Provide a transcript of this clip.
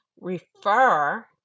refer